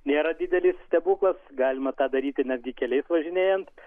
nėra didelis stebuklas galima tą daryti netgi keliais važinėjant